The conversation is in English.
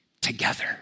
together